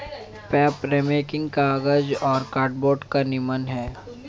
papermaking कागज और cardboard का निर्माण है